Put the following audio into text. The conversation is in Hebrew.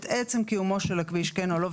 את עצם קיומו של הכביש כן או לא.